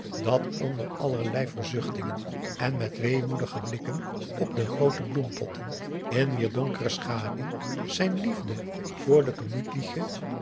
dat onder allerlei verzuchtingen en met weemoedige blikken op de groote bloempotten in wier donkere schaduw zijn liefde